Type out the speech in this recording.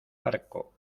barco